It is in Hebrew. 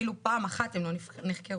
אפילו פעם אחת הן לא נחקרו.